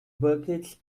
buckets